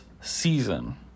season